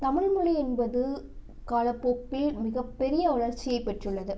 தமிழ்மொழி என்பது காலப்போக்கில் மிகப்பெரிய வளர்ச்சியை பெற்றுள்ளது